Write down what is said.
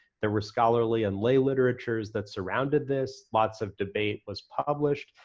there were scholarly and lay literatures that surrounded this, lots of debate was published,